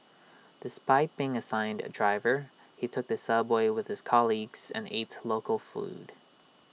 despite being assigned A driver he took the subway with his colleagues and ate local food